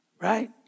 Right